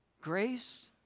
grace